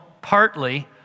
partly